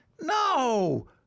no